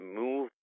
move